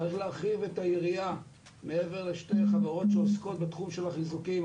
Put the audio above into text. צריך להרחיב את היריעה מעבר לשתי חברות שעוסקות בתחום של החיזוקים,